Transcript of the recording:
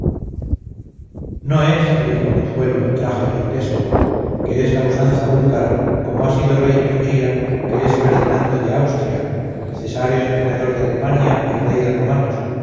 española no es dijo el cojuelo traje turquesco que es la usanza húngara como ha sido rey de hungría que es ferdinando de austria cesáreo emperador de alemania y rey de romanos